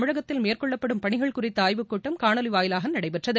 தமிழகத்தில் மேற்கொள்ளப்படும் பணிகள் குறித்த ஆய்வுக்கூட்டம் காணொலி வாயிலாக நடைபெற்றது